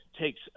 takes